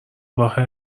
راه